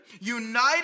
united